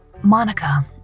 Monica